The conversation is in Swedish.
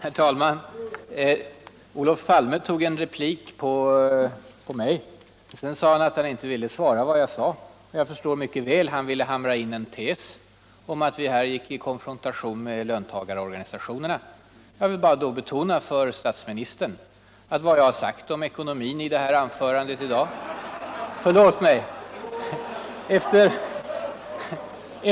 Herr talman! Olof Palme begärde en replik mot mig men sade sedan Än( han inte ville svara på det som jag hade anfört! Jag förstår mycket väl att han ville hamra in en tes om att vi gålt in i en konfrontation med löntagarorganisationerna. Jag vill då bara betona för stätsministern att vad jag sagt om ekonomin i mitt anförande i dag. .. Förlåt min felsägning!